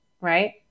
right